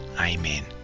Amen